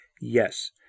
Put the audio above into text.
yes